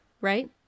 Right